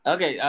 Okay